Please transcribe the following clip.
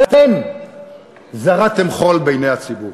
אתם זריתם חול בעיני הציבור.